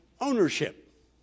ownership